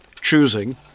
choosing